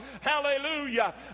Hallelujah